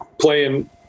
playing